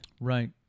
Right